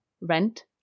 rent